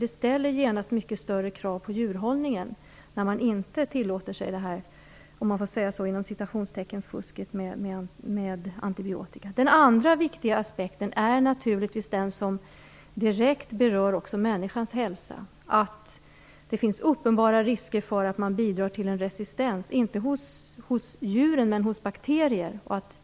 Det ställer genast mycket större krav på djurhållningen när man inte tillåter sig det här "fusket", om man får kalla det så, med antibiotika. Den andra viktiga aspekten är den som direkt berör också människans hälsa. Det finns uppenbara risker för att man bidrar till en resistens, inte hos djuren, men hos bakterier.